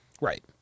right